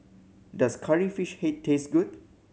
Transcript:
does Curry Fish Head taste good